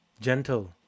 gentle